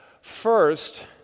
first